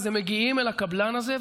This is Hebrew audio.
הם מגיעים אל הקבלן הזה,